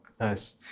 Nice